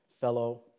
fellow